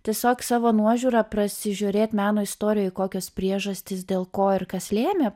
tiesiog savo nuožiūra prasižiūrėt meno istorijoj kokios priežastys dėl ko ir kas lėmė